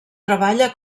treballa